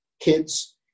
kids